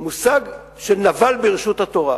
מושג של נבל ברשות התורה.